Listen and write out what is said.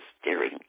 steering